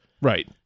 right